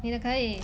你的可以